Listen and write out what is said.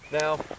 Now